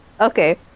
okay